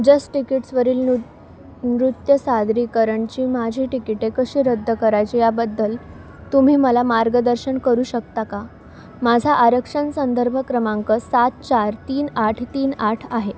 जस्टटिकिट्सवरील नु नृत्य सादरीकरणाची माझी टिकिटे कशी रद्द करायची याबद्दल तुम्ही मला मार्गदर्शन करू शकता का माझा आरक्षण संदर्भ क्रमांक सात चार तीन आठ तीन आठ आहे